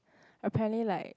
apparently like